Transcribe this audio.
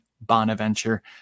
Bonaventure